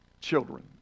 children